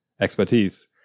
expertise